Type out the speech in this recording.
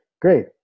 Great